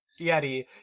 yeti